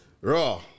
Raw